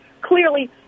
clearly